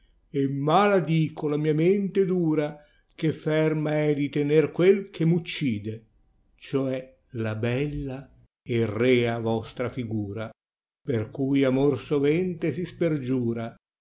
onori maladico la mia mente dura che ferma è di tener quel che m uccide cioè la bella e rea vostra figura per cui amor sovente si spergiura